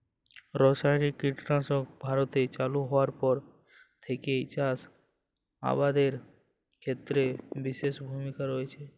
রাসায়নিক কীটনাশক ভারতে চালু হওয়ার পর থেকেই চাষ আবাদের ক্ষেত্রে বিশেষ ভূমিকা রেখেছে